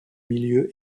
milieu